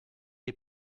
est